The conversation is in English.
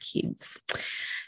kids